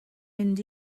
mynd